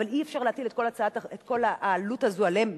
אבל אי-אפשר להטיל את כל העלות הזאת עליהם,